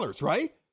right